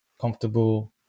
comfortable